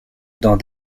dans